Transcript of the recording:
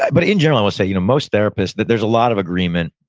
but in general, i would say, you know most therapists, there's a lot of agreement,